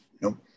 Nope